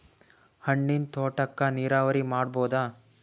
ಹಣ್ಣಿನ್ ತೋಟಕ್ಕ ನೀರಾವರಿ ಮಾಡಬೋದ?